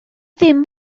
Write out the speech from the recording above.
ddim